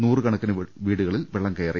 നൂറുകണക്കിന് വീടുകളിൽ വെള്ളം കയ റി